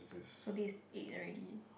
so this is eight already